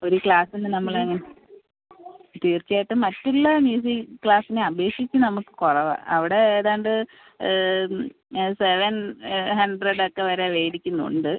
ഒരു ക്ലാസിന് നമ്മൾ അങ്ങനെ തീർച്ചയായിട്ടും മറ്റുള്ള മ്യൂസിക് ക്ലാസിനെ അപേക്ഷിച്ച് നമുക്ക് കുറവാണ് അവിടെ ഏതാണ്ട് സെവൻ ഹണ്ട്രഡ് ഒക്കെ വരെ വേടിക്കുന്നുണ്ട്